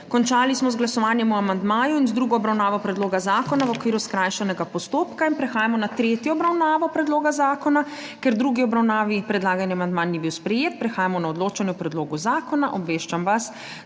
Končali smo z glasovanjem o amandmaju in z drugo obravnavo predloga zakona v okviru skrajšanega postopka. Prehajamo na tretjo obravnavo predloga zakona. Ker v drugi obravnavi predlagani amandma ni bil sprejet, prehajamo na odločanje o predlogu zakona. Obveščam vas,